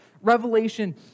Revelation